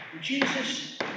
Jesus